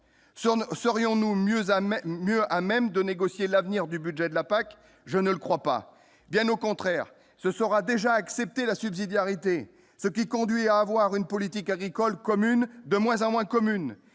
mieux à même, mieux à même de négocier l'avenir du budget de la Pac, je ne le crois pas, bien au contraire, ce sera déjà accepté la subsidiarité ce qui conduit à avoir une politique agricole commune, de moins en moins commune